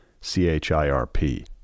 C-H-I-R-P